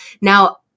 Now